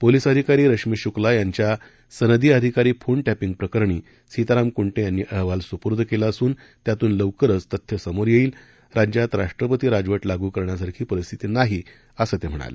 police अधिकारी रशमी शुक्ला यांच्या सनदी अधिकारी फोन टॅपिंग प्रकरणी सीताराम कुंटे यांनी अहवाल सुपूर्द केला असून त्यातून लवकरच तथ्य समोर येईल राज्यात राष्ट्रपती राजवट लागू करण्यासारखी परिस्थिती नाही असं ते म्हणाले